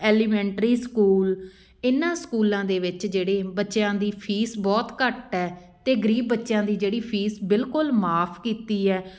elementary school ਇਹਨਾਂ ਸਕੂਲਾਂ ਦੇ ਵਿੱਚ ਜਿਹੜੇ ਬੱਚਿਆਂ ਦੀ ਫੀਸ ਬਹੁਤ ਘੱਟ ਹੈ ਅਤੇ ਗਰੀਬ ਬੱਚਿਆਂ ਦੀ ਜਿਹੜੀ ਫੀਸ ਬਿਲਕੁਲ ਮਾਫ ਕੀਤੀ ਹੈ